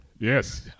Yes